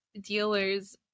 dealers